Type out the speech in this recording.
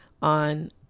on